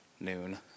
noon